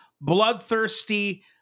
bloodthirsty